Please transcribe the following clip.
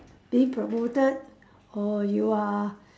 being promoted or you are